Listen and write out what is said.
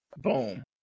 Boom